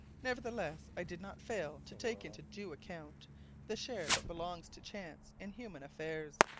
nevertheless, i did not fail to take into due account the share that belongs to chance in human affairs,